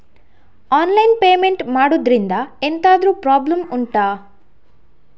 online payment ಮಾಡುದ್ರಿಂದ ಎಂತಾದ್ರೂ problem ಉಂಟಾ